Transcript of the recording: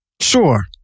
Sure